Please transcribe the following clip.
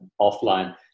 offline